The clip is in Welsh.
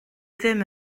ddim